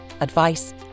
advice